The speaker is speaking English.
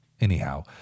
Anyhow